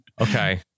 Okay